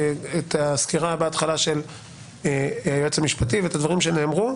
הסקירה בהתחלה של היועץ המשפטי ואת הדברים שנאמרו.